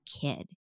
kid